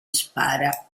spara